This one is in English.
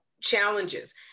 challenges